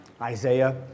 Isaiah